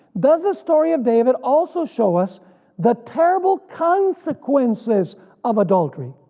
does the story of david also show us the terrible consequences of adultery?